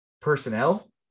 personnel